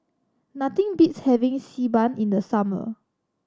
nothing beats having Xi Ban in the summer